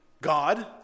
God